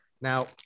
now